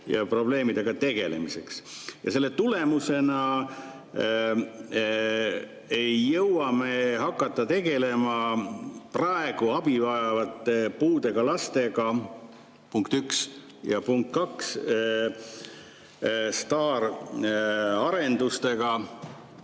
probleemidega tegelemiseks ja selle tulemusena ei jõua me hakata tegelema praegu abi vajavate puudega lastega, punkt üks, ja punkt kaks, STAR-i arendustega.